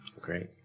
Great